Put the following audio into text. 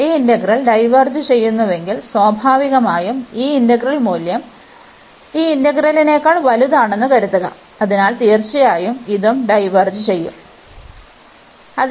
ഈ integral diverge ചെയ്യുന്നുവെങ്കിൽ സ്വാഭാവികമായും ഈ ഇന്റഗ്രൽ മൂല്യം ഈ ഇന്റഗ്രലിനേക്കാൾ വലുതാണെന്ന് കരുതുക അതിനാൽ തീർച്ചയായും ഇതും ഡൈവേർജ് ചെയ്യുo